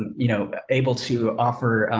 you know, able to offer,